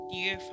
Dear